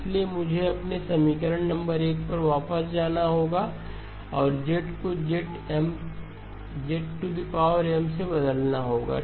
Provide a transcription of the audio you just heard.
इसलिए मुझे अपने समीकरण नंबर 1 पर वापस जाना होगा और z को zM से बदलना होगा